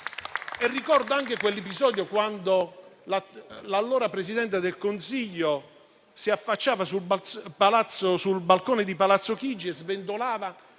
Ricordo anche quell'episodio in cui l'allora Vice Presidente del Consiglio si affacciò sul balcone di Palazzo Chigi, mentre